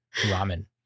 ramen